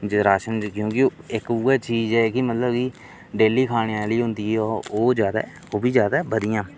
जे राशन क्योंकि इक्क उ'ऐ चीज ऐ कि मतलब उदी डेली खाने आह्ली हुंदी ओह् ज्यादा ओह् बी ज्यादा बदियां